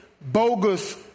bogus